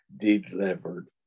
delivered